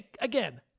Again